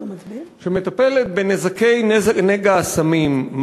הוועדה מטפלת בנזקי נגע הסמים.